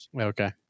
Okay